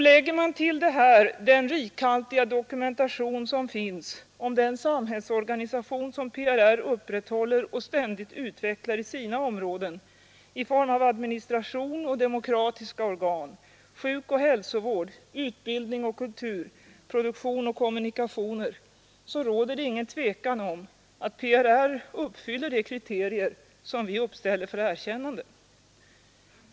Lägger man därtill den rikhaltiga dokumentation som föreligger om den samhällsorganisation som PRR upprätthåller och ständigt utvecklar i sina områden i form av administration och demokratiska organ, sjukoch hälsovård, utbildning och kultur, produktion och kommunikationer, så råder det inget tvivel om att PRR uppfyller de kriterier som vi uppställer för erkännande.